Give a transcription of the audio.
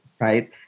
right